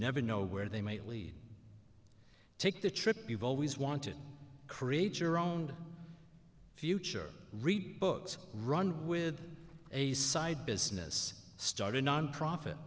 never know where they might lead to take the trip you've always wanted create your own future rebooked run with a side business started nonprofit